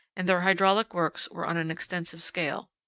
and their hydraulic works were on an extensive scale.